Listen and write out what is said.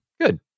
Good